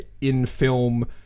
in-film